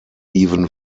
even